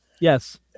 Yes